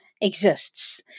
exists